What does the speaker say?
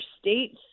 state's